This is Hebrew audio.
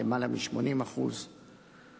למעלה מ-80%;